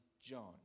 John